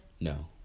No